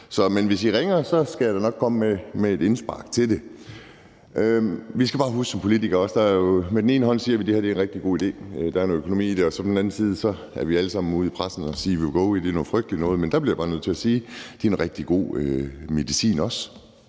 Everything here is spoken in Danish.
Men hvis I ringer, skal jeg da nok komme med et indspark til det. Vi skal bare huske som politikere, at vi på den ene side siger, at det her er en rigtig god idé, og at der er noget økonomi i det, og på den anden side er vi alle sammen ude i pressen og sige, at Wegovy er noget frygteligt noget. Men der bliver jeg bare nødt til at sige, at det også er en rigtig god medicin,